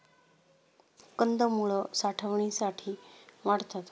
कंदमुळं साठवणीसाठी वाढतात